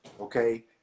Okay